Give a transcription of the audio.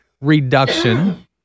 reduction